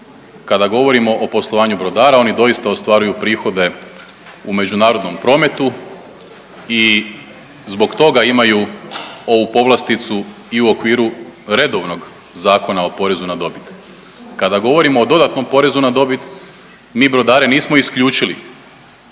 Kada govorimo o poslovanju brodara oni doista ostvaruju prihode u međunarodnom prometu i zbog toga imaju ovu povlasticu i u okviru redovnog Zakona o porezu na dobit. Kada govorimo o dodatnom porezu na dobit mi brodare nismo isključili,